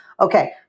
Okay